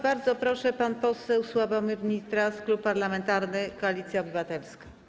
Bardzo proszę, pan poseł Sławomir Nitras, Klub Parlamentarny Koalicja Obywatelska.